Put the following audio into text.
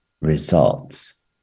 results